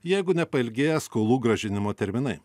jeigu ne pailgėję skolų grąžinimo terminai